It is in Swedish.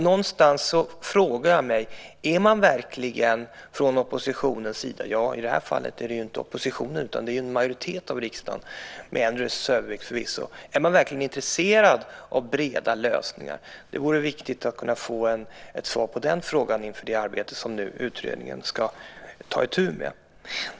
Någonstans frågar jag mig: Är man verkligen från oppositionens sida - i det här fallet är det ju inte oppositionen utan en majoritet av riksdagen, med en rösts övervikt förvisso - intresserad av breda lösningar? Det vore viktigt att kunna få ett svar på den frågan inför det arbete som utredningen nu ska ta itu med.